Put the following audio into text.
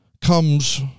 comes